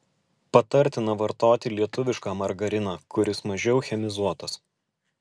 patartina vartoti lietuvišką margariną kuris mažiau chemizuotas